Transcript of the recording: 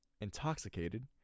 intoxicated